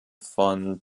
von